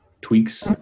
tweaks